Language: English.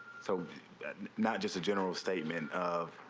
so that and not just a general statement of